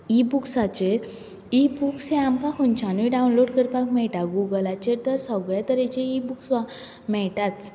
इ बूक्साचेर इ बूक्स हें आमकां खंयच्यानय डावनलोड करापका मेळटा गुगलाचेर तर सगळे तरेचे इ बूक्स मेळटाच